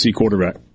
quarterback